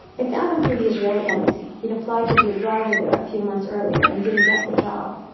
i found him through the israeli embassy. he had applied to be a driver there a few months earlier, and didn't get the job.